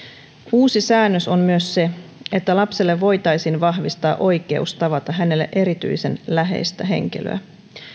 uusi säännös on myös se että lapselle voitaisiin vahvistaa oikeus tavata hänelle erityisen läheistä henkilöä